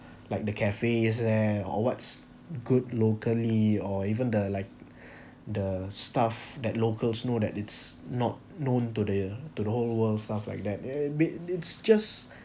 like the cafe is there or what's good locally or even the like the stuff that locals know that it's not known to the to the whole world stuff like that bit it's just